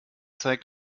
zeigt